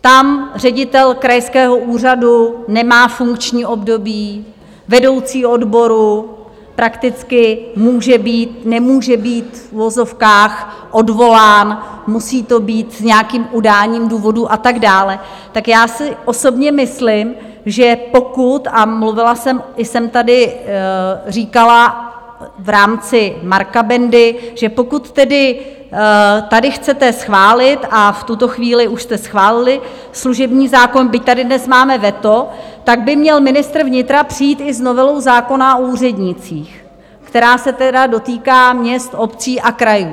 Tam ředitel krajského úřadu nemá funkční období, vedoucí odboru prakticky může být, nemůže být v uvozovkách, odvolán, musí to být s nějakým udáním důvodu a tak dále, tak já si osobně myslím, že pokud a mluvila jsem, i jsem tady říkala v rámci Marka Bendy, že pokud tedy tady chcete schválit, a v tuto chvíli už jste schválili, služební zákon, byť tady dnes máme veto, tak by měl ministr vnitra přijít i s novelou zákona o úřednících, která se tedy dotýká měst, obcí a krajů.